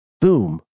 boom